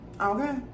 Okay